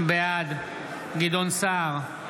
בעד גדעון סער,